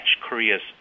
Korea's